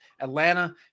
Atlanta